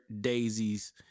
daisies